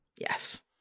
Yes